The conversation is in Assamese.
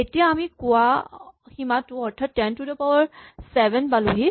এতিয়া আমি কোৱা সীমাটো অৰ্থাৎ ten to the power seven পালোহি